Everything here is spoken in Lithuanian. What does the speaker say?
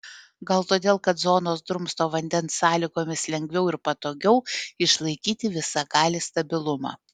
gal todėl kad zonos drumsto vandens sąlygomis lengviau ir patogiau išlaikyti visagalį stabilumą